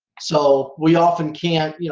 so we often can't. you know